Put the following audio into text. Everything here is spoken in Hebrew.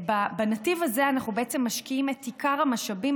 בנתיב הזה אנחנו בעצם משקיעים את עיקר המשאבים,